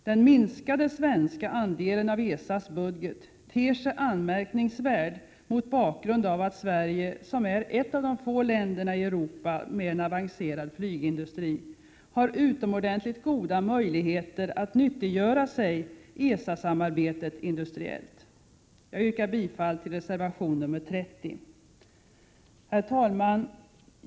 Den minskade svenska andelen av ESA:s budget ter sig anmärkningsvärd mot bakgrund av att Sverige — som är ett av de få länderna i Europa med en avancerad flygindustri — har utomordentligt goda möjligheter att nyttiggöra sig ESA-samarbetet industriellt. Jag yrkar bifall till reservation 30. Herr talman!